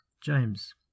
James